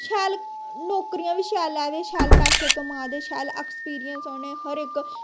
शैल नौकरियां बी शैल लै दे शैल पैसे कमा दे शैल ऐक्सपीरिंयस ऐ उ'नें हर इक